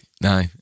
No